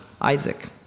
Isaac